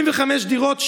75 דירות,